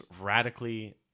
radically